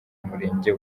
murenge